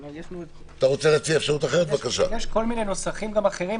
יש גם כל מיני נוסחים אחרים.